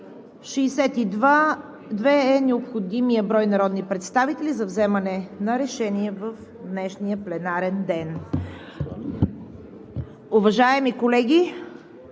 62 е необходимият брой народни представители за вземане на решение в днешния пленарен ден. Уважаеми колеги,